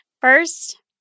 First